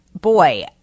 boy